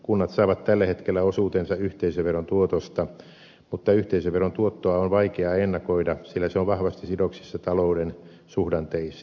kunnat saavat tällä hetkellä osuutensa yhteisöveron tuotosta mutta yhteisöveron tuottoa on vaikea ennakoida sillä se on vahvasti sidoksissa talouden suhdanteisiin